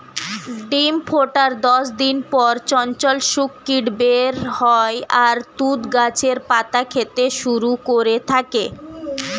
ডিম ফোটার দশ দিন পর চঞ্চল শূককীট বের হয় আর তুঁত গাছের পাতা খেতে শুরু করে থাকে